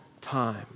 time